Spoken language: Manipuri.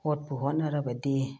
ꯍꯣꯠꯄꯨ ꯍꯣꯠꯅꯔꯕꯗꯤ